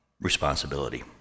responsibility